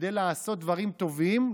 כדי לעשות דברים טובים,